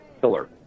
killer